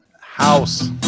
House